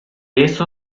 eso